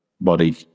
body